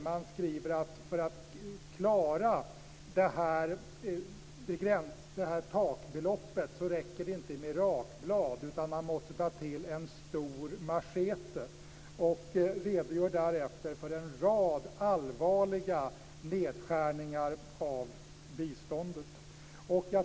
Man skriver att det för att klara takbeloppet inte räcker med rakblad utan man måste ta till en stor machete. Därefter redogör man för en rad allvarliga nedskärningar av biståndet.